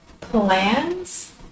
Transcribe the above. plans